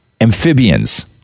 amphibians